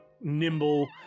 nimble